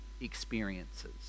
experiences